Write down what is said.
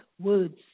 words